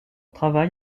travail